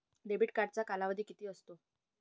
Debit कार्डचा कालावधी किती असतो?